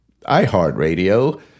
iHeartRadio